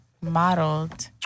modeled